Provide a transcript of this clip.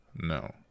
No